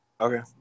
okay